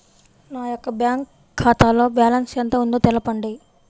నా యొక్క బ్యాంక్ ఖాతాలో బ్యాలెన్స్ ఎంత ఉందో తెలపండి?